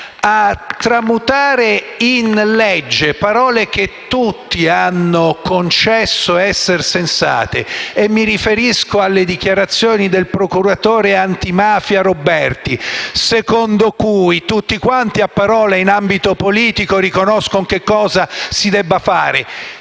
a tramutare in legge altre parole che tutti hanno concesso essere sensate. Mi riferisco alle dichiarazioni del procuratore antimafia Roberti, secondo il quale tutti quanti, a parole, in ambito politico, riconoscono cosa si debba fare,